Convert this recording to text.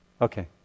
Okay